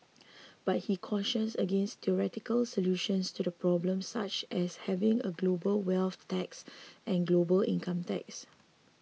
but he cautioned against theoretical solutions to the problem such as having a global wealth tax and global income tax